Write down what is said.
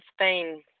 Spain